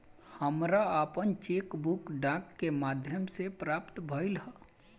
हमरा आपन cheque book डाक के माध्यम से प्राप्त भइल ह